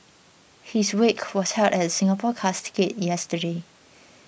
his wake was held at the Singapore Casket yesterday